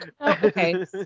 okay